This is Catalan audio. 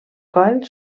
coll